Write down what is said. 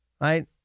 right